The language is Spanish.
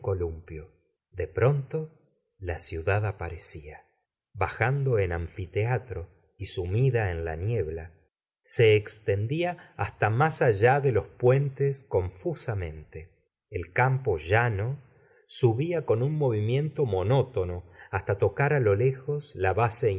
de pronto la ciudad aparecía bajando en anfiteatro y sumida en la niebla se extendía hasta más allá de los puentes confusamente el campo llano subía con un movimiento mono tono hasta tocar á lo lejos la base